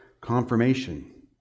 confirmation